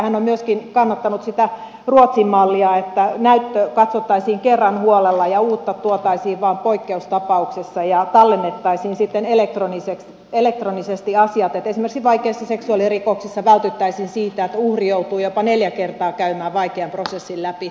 hän on myöskin kannattanut sitä ruotsin mallia että näyttö katsottaisiin kerran huolella ja uutta tuotaisiin vain poikkeusta pauksessa ja tallennettaisiin sitten elektronisesti asiat että esimerkiksi vaikeissa seksuaalirikoksissa vältyttäisiin siltä että uhri joutuu jopa neljä kertaa käymään vaikean prosessin läpi